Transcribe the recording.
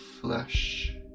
flesh